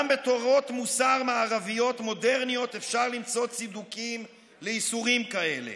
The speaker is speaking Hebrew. גם בתורות מוסר מערביות מודרניות אפשר למצוא צידוקים לאיסורים כאלה.